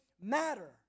matter